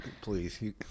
Please